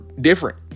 different